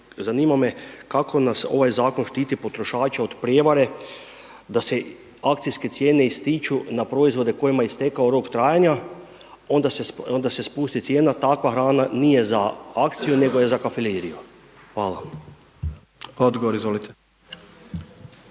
zanima me kako nas ovaj zakon štiti potrošače od prijevare da se akcijske cijene ističu na proizvode kojima je istekao rok trajanja, onda se spusti cijena, takva hrana nije za akciju, nego je za …/Govornik se